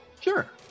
Sure